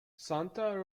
santa